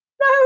No